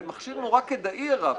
זה מכשיר נורא כדאי הרב